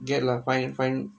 get lah fine fine